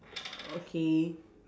okay